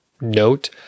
note